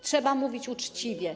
Trzeba mówić uczciwie.